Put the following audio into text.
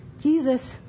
Jesus